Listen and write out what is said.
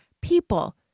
people